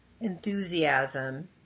enthusiasm